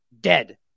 dead